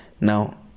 Now